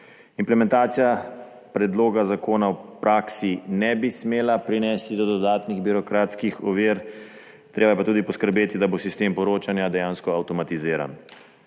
Implementacija predloga zakona v praksi ne bi smela prinesti dodatnih birokratskih ovir, treba je pa tudi poskrbeti, da bo sistem poročanja dejansko avtomatiziran.